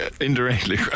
indirectly